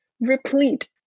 replete